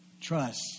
trust